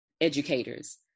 educators